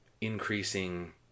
increasing